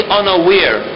unaware